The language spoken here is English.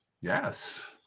Yes